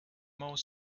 more